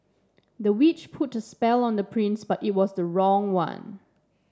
the witch put a spell on the prince but it was the wrong one